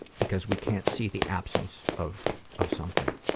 because we can't see the absence of of something.